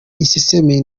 isesemi